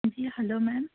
جی hello میم